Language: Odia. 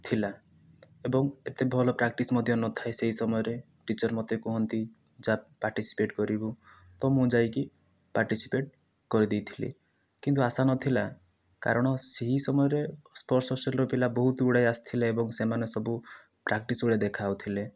ଥିଲା ଏବଂ ଏତେ ଭଲ ପ୍ରାକ୍ଟିସ୍ ମଧ୍ୟ ନଥାଏ ସେହି ସମୟରେ ଟିଚର ମୋତେ କୁହନ୍ତି ଯା ପାର୍ଟିସିପେଟ୍ କରିବୁ ତ ମୁ ଯାଇକି ପାର୍ଟିସିପେଟ୍ କରିଦେଇଥିଲି କିନ୍ତୁ ଆଶା ନଥିଲା କାରଣ ସେହି ସମୟରେ ସ୍ପୋର୍ଟ୍ସ ହଷ୍ଟେଲର ପିଲା ବହୁତ ଗୁଡ଼ାଏ ଆସିଥିଲେ ଏବଂ ସେମାନେ ସବୁ ପ୍ରାକ୍ଟିସ୍ ଭଳି ଦେଖା ଯାଉଥିଲେ